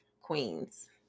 Queens